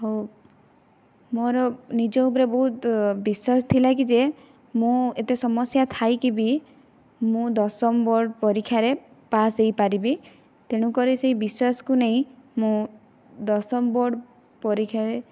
ଆଉ ମୋ'ର ନିଜ ଉପରେ ବହୁତ ବିଶ୍ବାସ ଥିଲା କି ଯେ ମୁଁ ଏତେ ସମସ୍ଯା ଥାଇକି ବି ମୁଁ ଦଶମ ବୋର୍ଡ ପରୀକ୍ଷାରେ ପାସ ହୋଇପାରିବି ତେଣୁକରି ସେହି ବିଶ୍ବାସକୁ ନେଇ ମୁଁ ଦଶମ ବୋର୍ଡ ପରୀକ୍ଷାରେ